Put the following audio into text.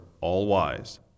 all-wise